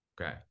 okay